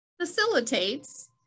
facilitates